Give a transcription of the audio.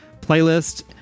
playlist